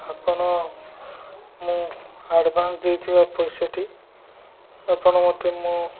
ଆପଣ ମୁଁ ଆଡ଼୍ଭାନ୍ସ ଦେଇଥିବା ପଇସାଟି ଆପଣ ମୋତେ ମୋ